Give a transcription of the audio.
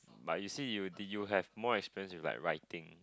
but you see you do you have more expensive like writing